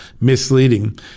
misleading